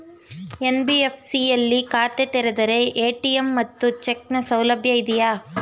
NBFC ಯಲ್ಲಿ ಖಾತೆ ತೆರೆದರೆ ಎ.ಟಿ.ಎಂ ಮತ್ತು ಚೆಕ್ ನ ಸೌಲಭ್ಯ ಇದೆಯಾ?